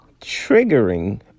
triggering